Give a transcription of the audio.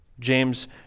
James